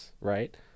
right